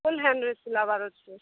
ଫୁଲ୍ hundred ସିଲାବାର ଅଛି